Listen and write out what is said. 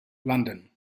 london